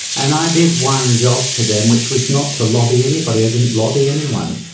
and i did one job for them, which was not to lobby anybody. i didn't lobby anyone,